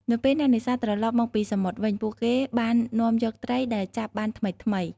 នៅពេលអ្នកនេសាទត្រឡប់មកពីសមុទ្រវិញ ពួកគេបាននាំយកត្រីដែលចាប់បានថ្មីៗ។